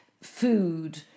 food